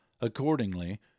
Accordingly